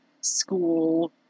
school